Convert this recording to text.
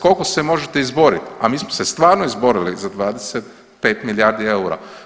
Koliko se možete izboriti, a mi smo se stvarno izborili za 25 milijardi eura.